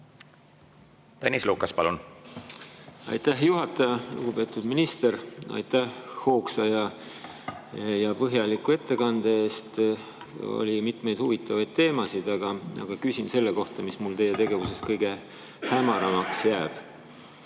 Tõnis Lukas, palun! Aitäh, juhataja! Lugupeetud minister, aitäh hoogsa ja põhjaliku ettekande eest! Oli mitmeid huvitavaid teemasid, aga küsin selle kohta, mis mul teie tegevuses kõige hämaramaks jääb.